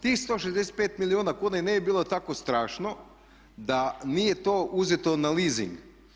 Tih 165 milijuna kuna i ne bi bilo tako strašno da nije to uzeto na leasing.